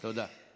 תודה.